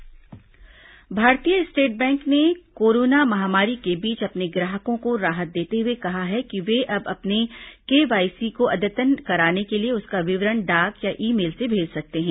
state bank KYC भारतीय state bank ने corona महामारी के बीच अपने ग्राहकों को राहत देते हुए कहा है कि वे अब अपने केवाईसी को अद्यतन कराने के लिए उसका विवरण डाक या ई मेल से भेज सकते है